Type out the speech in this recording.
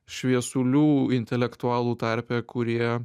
šviesulių intelektualų tarpe kurie